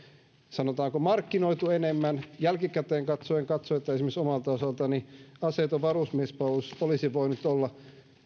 sanotaanko markkinoitu enemmän jälkikäteen katsoen katson että esimerkiksi omalta osaltani aseeton varusmiespalvelus olisi voinut olla